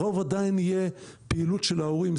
הרוב עדיין יהיה פעילות של הורים,